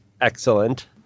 excellent